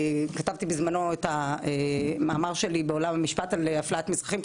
כתבתי אז בזמנו את המאמר שלי בעולם המשפט על אפליית מזרחים,